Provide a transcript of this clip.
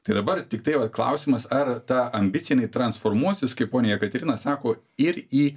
tai rabar tiktai yla klausimas ar ta ambicija jinai transformuosis kaip ponia jakaterina sako ir į